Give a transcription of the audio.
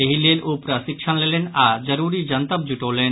एहि लेल ओ प्रशिक्षण लेलनि आओर जरूरी जनतब जुटौलनि